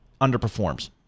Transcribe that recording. underperforms